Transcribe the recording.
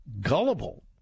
gullible